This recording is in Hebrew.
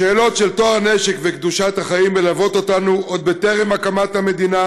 השאלות של טוהר נשק וקדושת החיים ליוו אותנו עוד טרם הקמת המדינה,